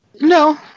no